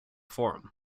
forum